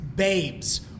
Babes